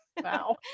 Wow